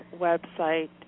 website